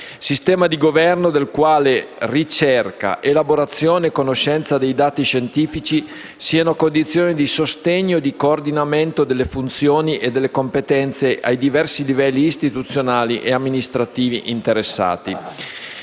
sistema di governo nel quale ricerca, elaborazione e conoscenza dei dati scientifici siano condizione di sostegno e di coordinamento delle funzioni e delle competenze ai diversi livelli istituzionali e amministrativi interessati.